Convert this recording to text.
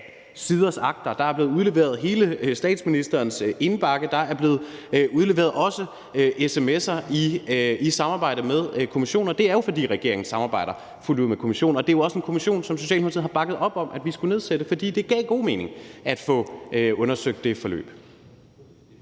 Der er blevet udleveret hele statsministerens indbakke. Der er også blevet udleveret sms'er i samarbejde med kommissionen. Og det er jo, fordi regeringen samarbejder fuldt ud med kommissionen. Det er jo også en kommission, som Socialdemokratiet har bakket op om at vi skulle nedsætte, for det gav god mening at få undersøgt det forløb.